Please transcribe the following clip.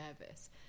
nervous